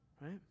Right